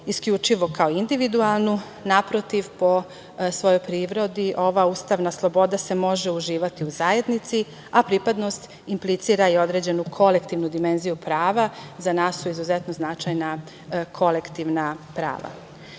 isključivo kao individualnu. Naprotiv, po svojoj prirodi ova ustavna sloboda se može uživati u zajednici, a pripadnost implicira i određenu kolektivnu dimenziju prava. Za nas su izuzetno značajna kolektivna prava. Mi